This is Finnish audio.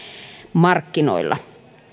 markkinoilla